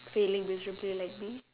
failing miserably like me